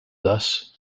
thus